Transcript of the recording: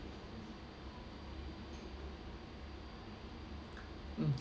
mm